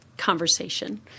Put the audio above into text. conversation